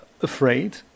afraid